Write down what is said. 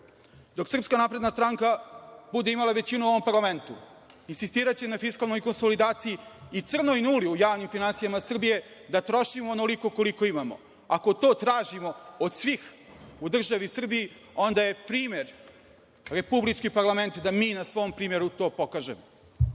ovom parlamentu. Dok SNS bude imala većinu u ovom parlamentu, insistiraće na fiskalnoj konsolidaciji i crnoj nuli u javnim finansijama Srbije, da trošimo onoliko koliko imamo. Ako to tražimo od svih u državi Srbiji, onda je primer republički parlament da mi na svom primeru to pokažemo.